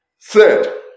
Third